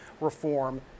reform